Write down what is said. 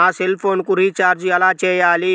నా సెల్ఫోన్కు రీచార్జ్ ఎలా చేయాలి?